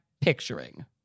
picturing